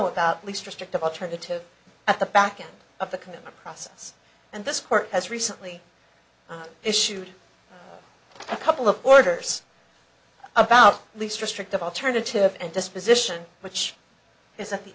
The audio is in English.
about least restrictive alternative at the back end of the commitment process and this court has recently issued a couple of orders about least restrictive alternative and disposition which is at the